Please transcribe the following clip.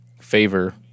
favor